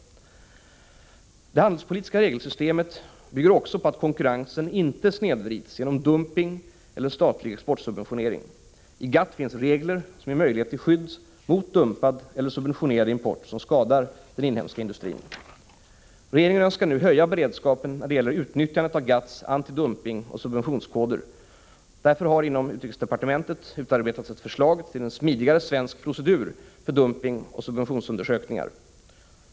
Det handelspolitiska regelsystemet bygger också på att konkurrensen inte snedvrids genom dumping eller statlig exportsubventionering. I GATT finns regler som ger möjlighet till skydd mot dumpad eller subventionerad import som skadar den inhemska industrin. Regeringen önskar nu höja beredskapen när det gäller utnyttjandet av GATT:s antidumpingoch subventionskoder. Därför har inom utrikesdepartementet utarbetats ett förslag till en smidigare svensk procedur för dumpingoch subventionsundersökningar.